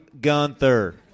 Gunther